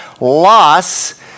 loss